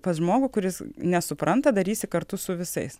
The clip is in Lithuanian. pas žmogų kuris nesupranta darysi kartu su visais